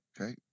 okay